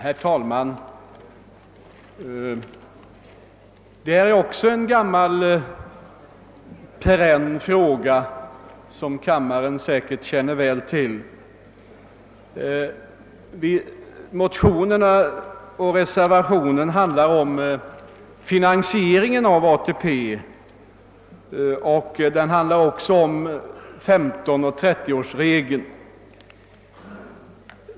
Herr talman! Detta är en perenn fråga, som kammaren säkert känner väl till. Motionerna och reservationen handlar om finansieringen av ATP och om 15 och 30-årsreglerna.